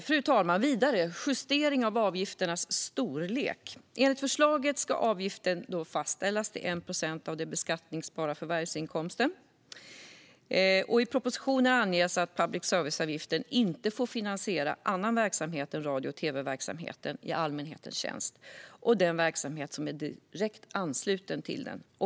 Fru talman! Jag går vidare till justering av avgiftens storlek. Enligt förslaget ska avgiften fastställas till 1 procent av den beskattningsbara förvärvsinkomsten. I propositionen anges att public service-avgiften inte får finansiera annan verksamhet än radio och tv-verksamhet i allmänhetens tjänst och den verksamhet som är direkt knuten till den.